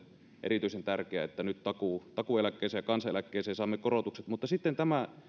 erityisen tärkeää että nyt takuueläkkeeseen ja kansaneläkkeeseen saamme korotukset mutta sitten tämä